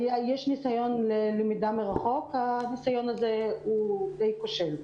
יש ניסיון ללמידה מרחוק אבל הניסיון הזה הוא די כושל.